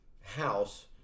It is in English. house